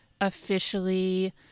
officially